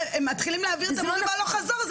כשמתחילים להעביר אתה מורים הלוך חזור,